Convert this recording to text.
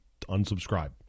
unsubscribe